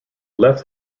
left